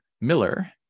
Miller